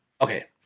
Okay